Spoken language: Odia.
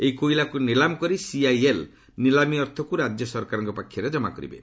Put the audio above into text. ଏହି କୋଇଲାକୁ ନିଲାମ କରି ସିଆଇଏଲ୍ ନିଲାମୀ ଅର୍ଥକୁ ରାଜ୍ୟ ସରକାରଙ୍କ ପାଖରେ ଜମା କରିବେ